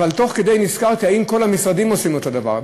אבל תוך כדי נזכרתי: האם כל המשרדים עושים את אותו דבר?